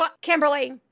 Kimberly